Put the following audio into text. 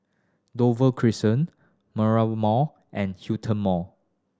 Dover Crescent Mall and Hillion Mall